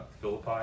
Philippi